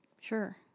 Sure